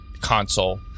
console